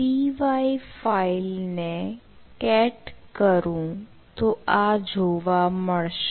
py ફાઈલને cat કરું તો આ જોવા મળશે